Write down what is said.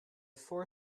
four